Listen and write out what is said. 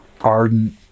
ardent